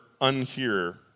unhear